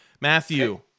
Matthew